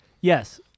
Yes